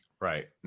Right